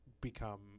become